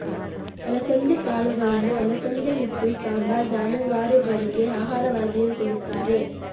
ಅಲಸಂದೆ ಕಾಳುಗಳನ್ನು ಅಲಸಂದೆ ಹಿಟ್ಟು, ಸಾಂಬಾರ್, ಜಾನುವಾರುಗಳಿಗೆ ಆಹಾರವಾಗಿಯೂ ಕೊಡುತ್ತಾರೆ